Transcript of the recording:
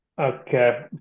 Okay